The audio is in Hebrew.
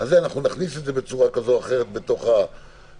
הזה נכניס את זה בצורה כזו או אחרת בתוך החוק.